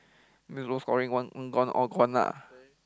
scoring one one gone all gone lah